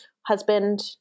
husband